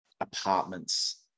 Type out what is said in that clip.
apartments